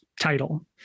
title